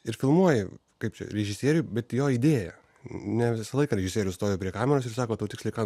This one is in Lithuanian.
ir filmuoji kaip režisierių bet jo idėją ne visą laiką režisierius stoja prie kameros ir sako tau tiksliai ką